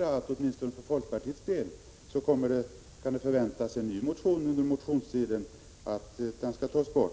att åtminstone för folkpartiets del kan man förvänta sig en ny motion under den allmänna motionstiden med krav på att löntagarfonderna skall tas bort.